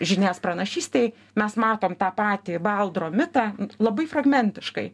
žynės pranašystėj mes matom tą patį baldro mitą labai fragmentiškai